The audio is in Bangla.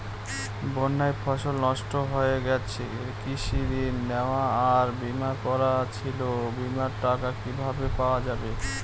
বন্যায় ফসল নষ্ট হয়ে গেছে কৃষি ঋণ নেওয়া আর বিমা করা ছিল বিমার টাকা কিভাবে পাওয়া যাবে?